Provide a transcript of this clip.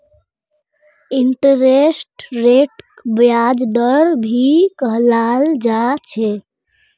interest रेटक ब्याज दर भी कहाल जा छे